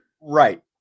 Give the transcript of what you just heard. Right